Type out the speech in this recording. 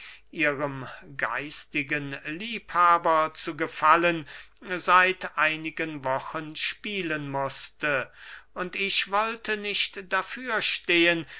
ihrem geistigen liebhaber zu gefallen seit einigen wochen spielen mußte und ich wollte nicht dafür stehen